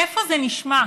איפה זה נשמע?